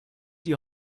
die